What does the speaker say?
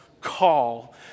call